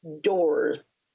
doors